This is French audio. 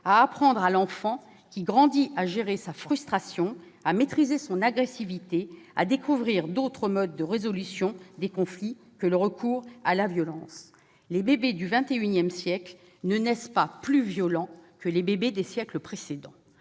à apprendre à l'enfant qui grandit à gérer sa frustration, à maîtriser son agressivité et à découvrir d'autres modes de résolution des conflits que le recours à la violence ? Les bébés du XXI siècle ne naissent pas plus violents que ceux des siècles précédents.